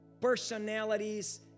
personalities